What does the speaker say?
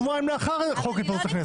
שבועיים לאחר חוק התפזרות הכנסת.